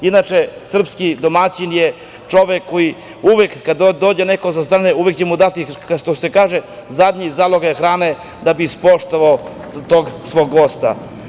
Inače, srpski domaćin je čovek koji uvek kada dođe neko sa strane uvek će mu dati, što se kaže, zadnji zalogaj hrane, da bi ispoštovao tog svog gosta.